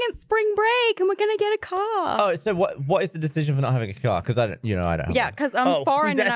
and spring break and we're gonna get a car so what what is the decision for not having a car because i didn't you know i don't yeah cuz i'm ah foreign, yeah